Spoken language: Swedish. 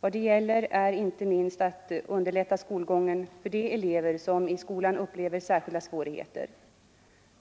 Vad det gäller är inte minst att underlätta skolgången för de elever som i skolan upplever särskilda svårigheter.